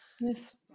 yes